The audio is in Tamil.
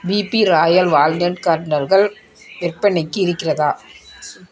பீபி ராயல் வால்னட் கர்னல்கள் விற்பனைக்கு இருக்கிறதா